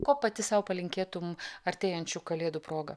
ko pati sau palinkėtum artėjančių kalėdų proga